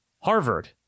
Harvard